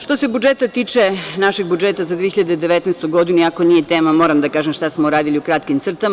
Što se budžeta tiče, našeg budžeta za 2019. godinu, iako nije tema, moram da kažem šta smo radili, u kratkim crtama.